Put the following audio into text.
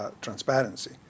transparency